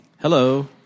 Hello